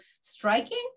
striking